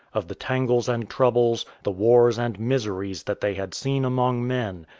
of the tangles and troubles, the wars and miseries that they had seen among men,